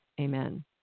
Amen